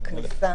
לגבי הכניסה.